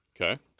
Okay